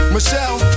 Michelle